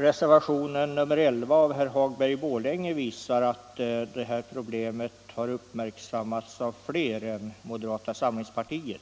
Reservationen 11 av herr Hagberg i Borlänge visar att problemet har uppmärksammats av fler än moderata samlingspartiet